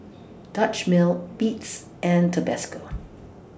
Dutch Mill Beats and Tabasco